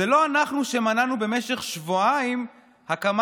זה לא אנחנו שמנענו במשך שבועיים הקמה,